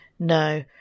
No